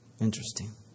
Interesting